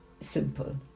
simple